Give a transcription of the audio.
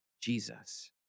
Jesus